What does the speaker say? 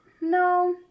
no